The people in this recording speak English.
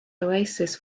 oasis